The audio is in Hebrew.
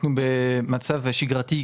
מצוין.